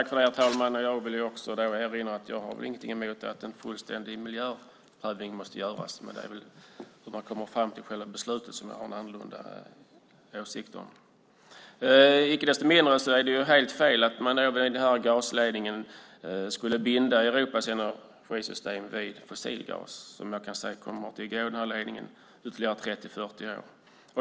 Herr talman! Jag vill erinra om att jag inte har något emot att en fullständig miljöprövning görs. Det är hur man kommer fram till själva beslutet som jag har en annorlunda åsikt om. Icke desto mindre är det helt fel när man i och med gasledningen binder Europas energisystem vid fossilgas, som kommer att gå i den här ledningen i ytterligare 30-40 år.